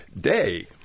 day